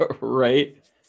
right